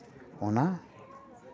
ᱚᱱᱟ